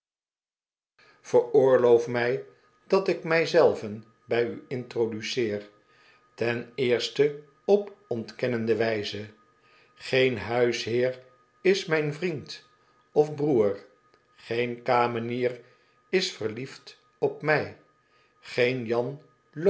veroorloof mij dat ik mij zelven bij u introduceer ten eerste op ontkennende wijze geen huisheer is mijn vriend of broer geen kamenier is verliefd op mij geen jan